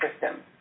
system